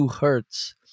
hertz